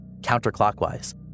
counterclockwise